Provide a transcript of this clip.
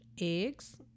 eggs